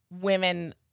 women